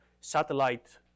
satellite